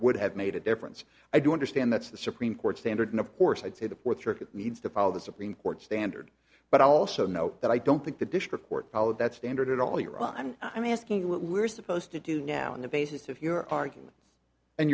would have made a difference i do understand that's the supreme court's standard and of course i'd say the fourth circuit needs to follow the supreme court's standard but i also know that i don't think the district court followed that standard at all you're i'm i'm asking you what we're supposed to do now on the basis of your argument and